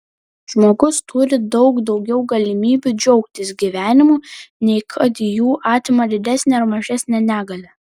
žmogus turi daug daugiau galimybių džiaugtis gyvenimu nei kad jų atima didesnė ar mažesnė negalia